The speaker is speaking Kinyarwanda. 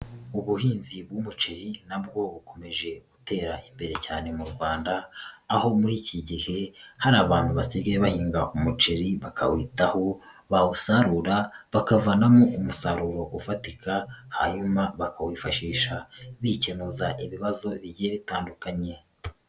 Ubuhinzi bw'umuceri na bwo bukomeje gutera imbere cyane mu Rwanda, aho muri iki gihe hari abantu basigagaye bahinga umuceri bakawitaho, bawusarura bakavanamo umusaruro ufatika, hanyuma bakawifashisha bikenuza ibibazo bigiye bitandukanye.